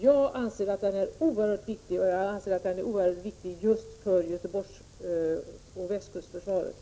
Jag anser att den är oerhört viktig, just för Göteborgsoch västkustförsvaret.